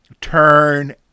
turn